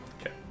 Okay